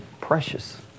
precious